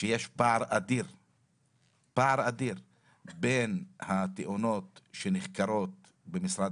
שיש פער אדיר בין התאונות שנחקרות במשרד